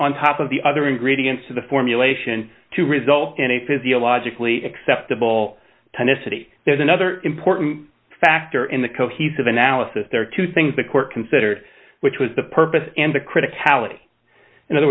on top of the other ingredients of the formulation to result in a physiologically acceptable tennesse there's another important factor in the cohesive analysis there are two things the court considered which was the purpose and the critic tally and ther